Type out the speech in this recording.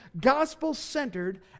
gospel-centered